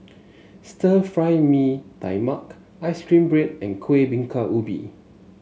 Stir Fried Mee Tai Mak ice cream bread and Kuih Bingka Ubi